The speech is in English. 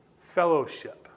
fellowship